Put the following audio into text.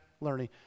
learning